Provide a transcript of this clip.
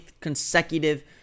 consecutive